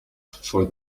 for